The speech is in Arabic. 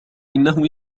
إنه